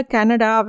Canada